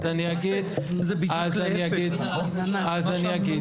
אז אני אגיד, אז אני אגיד.